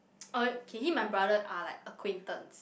oh okay him my brother are like acquaintance